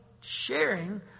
sharing